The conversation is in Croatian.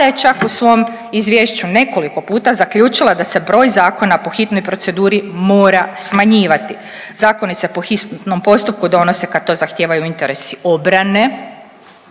je čak u svom izvješću nekoliko puta zaključila da se broj zakona po hitnoj proceduri mora smanjivati. Zakoni se po hitnom postupku donose kad to zahtijevaju interesi obrane